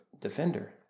defender